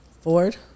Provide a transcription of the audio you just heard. Ford